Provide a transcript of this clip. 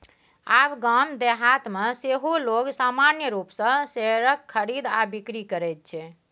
आब गाम देहातमे सेहो लोग सामान्य रूपसँ शेयरक खरीद आ बिकरी करैत छै